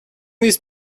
these